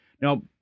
Now